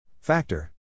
Factor